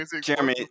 Jeremy